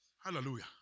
Hallelujah